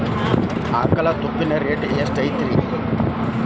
ಆಕಳಿನ ತುಪ್ಪದ ರೇಟ್ ಎಷ್ಟು ಇರತೇತಿ ರಿ?